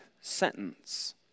sentence